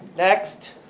Next